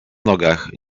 nogach